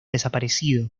desaparecido